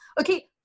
okay